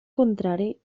contrari